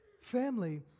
Family